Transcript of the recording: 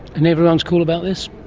and everyone is cool about this?